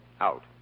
out